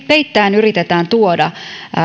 peittäen yritetään tuoda päätöksentekoon